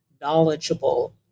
knowledgeable